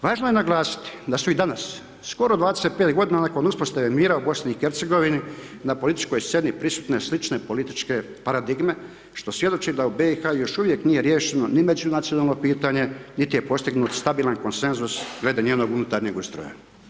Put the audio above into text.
Važno je naglasiti da su i danas skoro 25 godina nakon uspostave mira u BiH-a na političkoj sceni prisutne slične političke paradigme što svjedoči da u BiH-a još uvijek nije riješeno ni međunacionalno pitanje niti je postignut stabilan konsenzus glede njenog unutarnjeg ustroja.